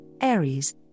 Aries